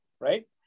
Right